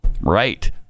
Right